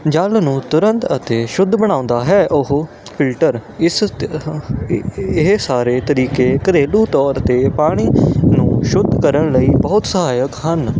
ਜਲ ਨੂੰ ਤੁਰੰਤ ਅਤੇ ਸ਼ੁੱਧ ਬਣਾਉਂਦਾ ਹੈ ਉਹ ਫਿਲਟਰ ਇਸ ਇਹ ਸਾਰੇ ਤਰੀਕੇ ਘਰੇਲੂ ਤੌਰ 'ਤੇ ਪਾਣੀ ਨੂੰ ਸ਼ੁੱਧ ਕਰਨ ਲਈ ਬਹੁਤ ਸਹਾਇਕ ਹਨ